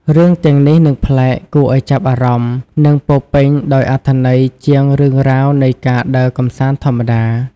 រឿងទាំងនេះនឹងប្លែក គួរឱ្យចាប់អារម្មណ៍ និងពោរពេញដោយអត្ថន័យជាងរឿងរ៉ាវនៃការដើរកម្សាន្តធម្មតា។